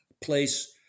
place